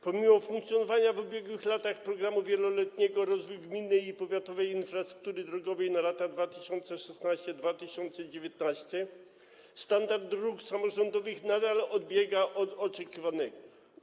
Pomimo funkcjonowania w ubiegłych latach wieloletniego „Programu rozwoju gminnej i powiatowej infrastruktury drogowej na lata 2016-2019” standard dróg samorządowych nadal odbiega od oczekiwanego.